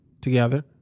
together